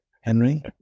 Henry